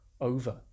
over